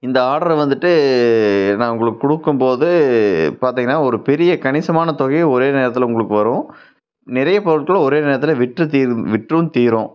இந்த ஆர்டரை வந்துட்டு நான் உங்களுக்கு கொடுக்கும்போது பார்த்திங்கன்னா ஒரு பெரிய கணிசமான தொகையை ஒரே நேரத்தில் உங்களுக்கு வரும் நிறைய பொருட்களை ஒரே நேரத்தில் விற்று தீரும் விற்றும் தீரும்